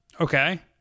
Okay